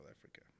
Africa